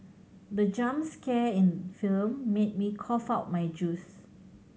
the jump scare in the film made me cough out my juice